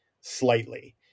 slightly